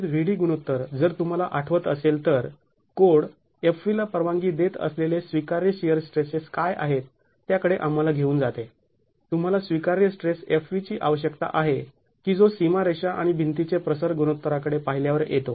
आणि MVd गुणोत्तर जर तुम्हाला आठवत असेल तर कोड Fv ला परवानगी देत असलेले स्वीकार्य शिअर स्ट्रेसेस काय आहेत त्याकडे आम्हाला घेऊन जाते तूम्हाला स्वीकार्य स्ट्रेस Fv ची आवश्यकता आहे की जो सीमारेषा आणि भिंतीचे प्रसर गुणोत्तराकडे पाहिल्यावर येतो